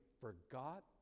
forgot